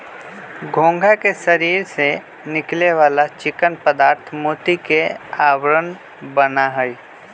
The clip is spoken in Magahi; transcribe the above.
घोंघा के शरीर से निकले वाला चिकना पदार्थ मोती के आवरण बना हई